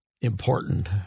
important